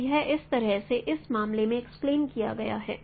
तो यह इस तरह से इस मामले में एक्सप्लेन किया गया है